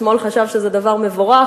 השמאל חשב שזה דבר מבורך,